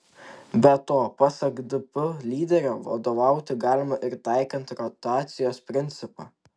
be to pasak dp lyderio vadovauti galima ir taikant rotacijos principą